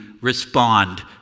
respond